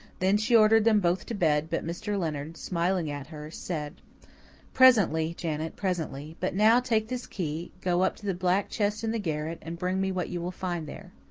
then she ordered them both to bed but mr. leonard, smiling at her, said presently, janet, presently. but now, take this key, go up to the black chest in the garret, and bring me what you will find there.